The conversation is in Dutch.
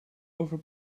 over